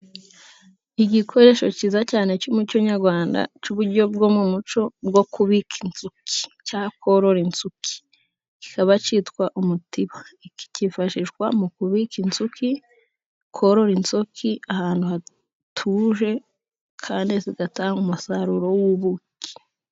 Igikoresho cyiza cyane cy'umuco Nyarwanda cy'uburyo bwo mu muco bwo kubika inzuki cyangwa korora inzuki . Kikaba cyitwa umutiba , kifashishwa mu kubika inzuki , korora inzuki ahantu hatuje kandi zigatanga umusaruro w'ubuki.